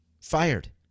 fired